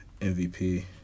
MVP